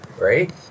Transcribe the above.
Right